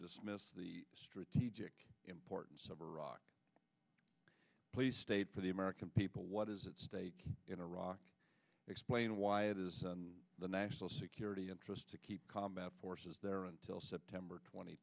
dismiss the strategic importance of iraq please state for the american people what is at stake in iraq explain why it is the national security interest to keep combat forces there until september tw